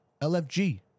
LFG